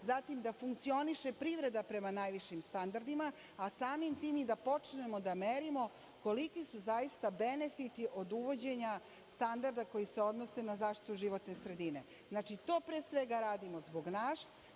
zatim da funkcioniše privreda prema najvišim standardima, a samim tim i da počnemo da merimo koliki su zaista benefiti od uvođenja standarda koji se odnose na zaštitu životne sredine. Znači, to pre svega radimo zbog nas,